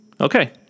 Okay